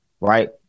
Right